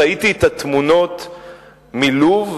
ראיתי את התמונות מלוב,